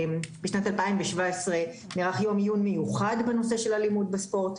בשנת 2017 נערך יום עיון מיוחד בנושא של אלימות בספורט.